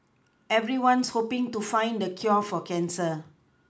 everyone's hoPing to find the cure for cancer